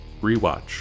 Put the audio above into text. rewatch